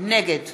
נגד